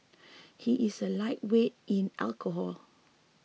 he is a lightweight in alcohol